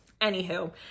anywho